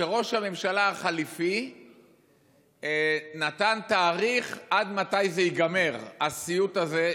ראש הממשלה החליפי נתן תאריך עד מתי ייגמר הסיוט הזה,